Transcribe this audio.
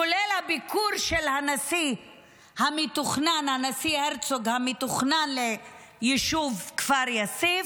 כולל הביקור המתוכנן של הנשיא הרצוג ביישוב כפר יאסיף,